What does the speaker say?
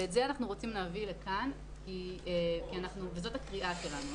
ואת זה אנחנו רוצים להביא לכאן וזאת הקריאה שלנו.